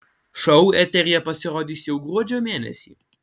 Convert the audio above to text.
šou eteryje pasirodys jau gruodžio mėnesį